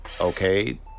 okay